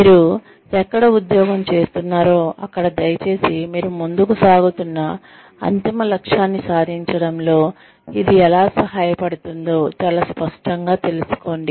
మీరు ఎక్కడ ఉద్యోగం చేస్తూన్నారో అక్కడ దయచేసి మీరు ముందుకు సాగుతున్న అంతిమ లక్ష్యాన్ని సాధించడంలో ఇది ఎలా సహాయపడుతుందో చాలా స్పష్టంగా తెలుసుకోండి